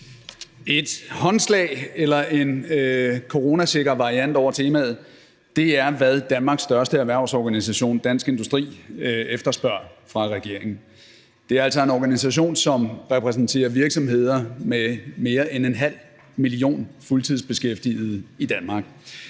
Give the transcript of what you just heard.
Et håndslag eller en coronasikker variant over temaet er, hvad Danmarks største erhvervsorganisation, Dansk Industri, efterspørger fra regeringen. Det er altså en organisationen, som repræsenterer virksomheder med mere end en halv million fuldtidsbeskæftigede i Danmark.